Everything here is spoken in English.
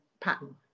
pattern